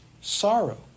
sorrow